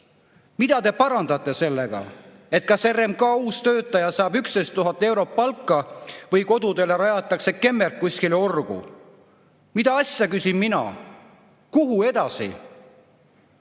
Mida te parandate sellega? Kas RMK uus töötaja saab 11 000 eurot palka või kodututele rajatakse kemmerg kuskile orgu? Mida asja?! küsin mina. Kuhu edasi?!